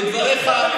לדבריך,